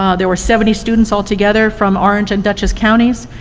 um there were seventy students all together from orange and dutchess counties.